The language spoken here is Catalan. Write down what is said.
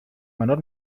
menor